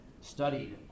studied